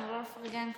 תנו לו לפרגן קצת.